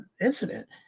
incident